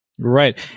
Right